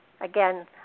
Again